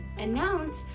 announce